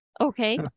Okay